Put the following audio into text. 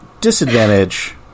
disadvantage